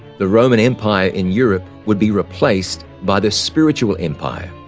the roman empire in europe would be replaced by the spiritual empire,